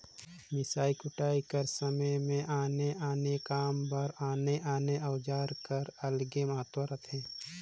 मिसई कुटई कर समे मे आने आने काम बर आने आने अउजार कर अलगे महत रहथे